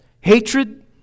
hatred